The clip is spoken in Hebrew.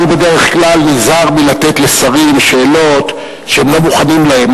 אני בדרך כלל נזהר מלתת לשרים שאלות שהם לא מוכנים להן.